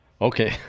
Okay